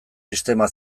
sistema